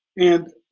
and